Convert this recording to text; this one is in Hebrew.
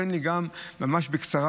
תן לי ממש בקצרה,